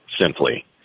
simply